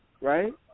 right